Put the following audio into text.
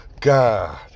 God